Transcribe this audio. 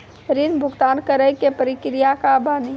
ऋण भुगतान करे के प्रक्रिया का बानी?